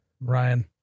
Ryan